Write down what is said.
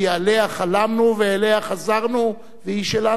כי עליה חלמנו ואליה חזרנו והיא שלנו,